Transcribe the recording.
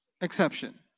Exception